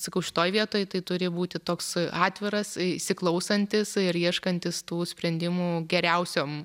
sakau šitoj vietoj tai turi būti toks atviras įsiklausantis ir ieškantis tų sprendimų geriausiom